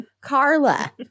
Carla